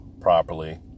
properly